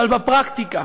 אבל בפרקטיקה,